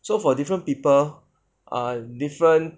so for different people are different